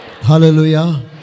Hallelujah